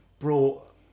Brought